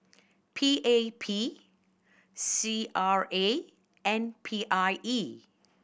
P A P C R A and P I E